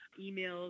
emails